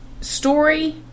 story